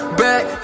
back